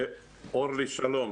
אורלי, שלום.